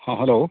ᱦᱮᱸ ᱦᱮᱞᱳ